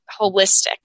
holistic